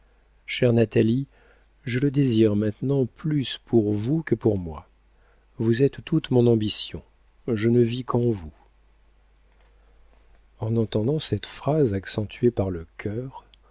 chère natalie je le désire maintenant plus pour vous que pour moi vous êtes toute mon ambition je ne vis qu'en vous en entendant cette phrase accentuée par le cœur